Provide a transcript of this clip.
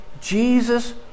Jesus